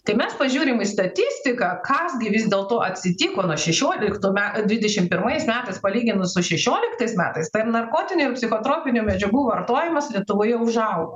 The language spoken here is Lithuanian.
kai mes pažiūrim į statistiką kas gi vis dėlto atsitiko nuo šešioliktų dvidešim pirmais metais palyginus su šešioliktais metais tai narkotinių ir psichotropinių medžiagų vartojimas lietuvoje užaugo